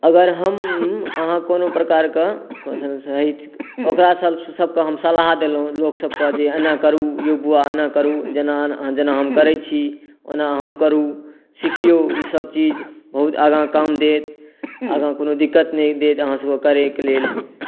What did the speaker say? अगर हम अहाँ कोनो प्रकारके ओकरा सभकेँ हम सलाह देलहुँ सभके जे एना करु बौआ एना करु जेना हम करै छी ओना अहुँ करु सिखियौ ई सभ चीज बहुत आगाँ काम देत आगाँ कोनो दिक्कत नहि देत अहाँ सभकेँ करैकेँ लेल